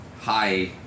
Hi